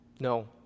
No